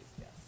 yes